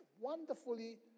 wonderfully